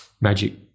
magic